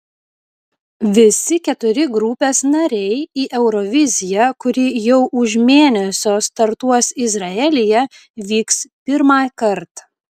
visi keturi grupės nariai į euroviziją kuri jau už mėnesio startuos izraelyje vyks pirmąkart